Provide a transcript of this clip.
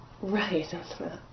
Right